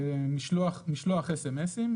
משלוח אס-אם-אסים,